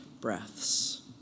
breaths